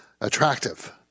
attractive